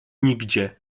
nigdzie